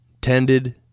tended